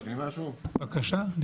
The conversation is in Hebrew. בבקשה.